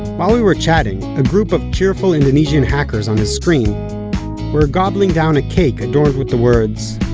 while we were chatting, a group of cheerful indonesian hackers on his screen were gobbling down a cake adorned with the words,